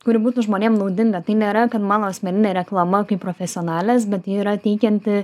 kuri būtų žmonėm naudinga tai nėra kad mano asmeninė reklama kaip profesionalės bet ji yra teikianti